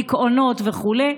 דיכאונות וכו'.